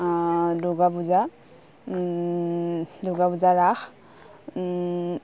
Durga Puja Durga Puja Raas